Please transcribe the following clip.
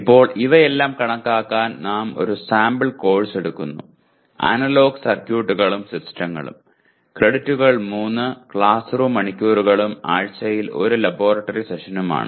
ഇപ്പോൾ ഇവയെല്ലാം കണക്കാക്കാൻ നാം ഒരു സാമ്പിൾ കോഴ്സ് എടുക്കുന്നു അനലോഗ് സർക്യൂട്ടുകളും സിസ്റ്റങ്ങളും ക്രെഡിറ്റുകൾ 3 ക്ലാസ് റൂം മണിക്കൂറുകളും ആഴ്ചയിൽ 1 ലബോറട്ടറി സെഷനുമാണ്